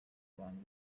bantu